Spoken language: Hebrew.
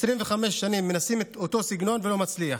25 שנים, מנסים את אותו סגנון וזה לא מצליח.